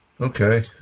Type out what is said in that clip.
Okay